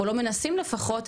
או לא מנסים לפחות,